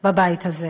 בבית הזה.